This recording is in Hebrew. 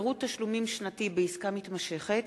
(פירוט תשלומים שנתי בעסקה מתמשכת),